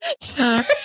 Sorry